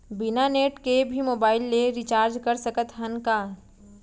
बिना नेट के भी मोबाइल ले रिचार्ज कर सकत हन का?